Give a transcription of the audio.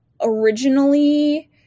originally